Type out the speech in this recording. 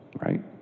right